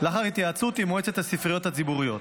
לאחר התייעצות עם מועצת הספריות הציבוריות.